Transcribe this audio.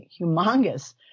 humongous